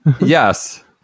Yes